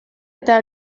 eta